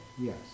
Yes